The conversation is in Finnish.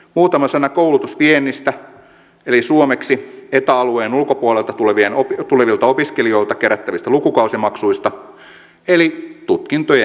muutama sana koulutusviennistä eli suomeksi eta alueen ulkopuolelta tulevilta opiskelijoilta kerättävistä lukukausimaksuista eli tutkintojen myynnistä